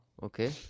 Okay